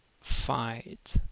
fight